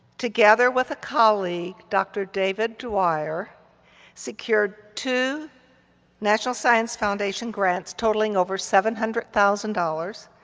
together with a colleague, dr. david dwyer secured two national science foundation grants, totaling over seven hundred thousand dollars,